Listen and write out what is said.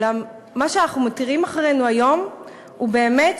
אולם מה שאנחנו מותירים אחרינו היום הוא באמת,